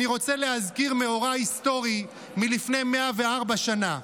אני רוצה להזכיר מאורע היסטורי מלפני 104 שנה.